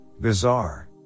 bizarre